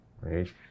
right